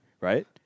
right